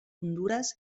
hondures